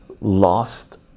lost